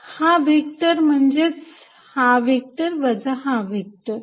हा व्हेक्टर म्हणजेच हा व्हेक्टर वजा हा व्हेक्टर